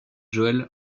joel